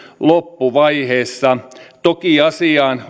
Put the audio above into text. loppuvaiheessa toki asiaan